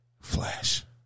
Flash